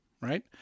right